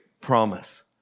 promise